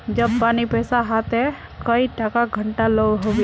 जब पानी पैसा हाँ ते कई टका घंटा लो होबे?